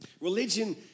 Religion